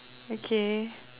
okay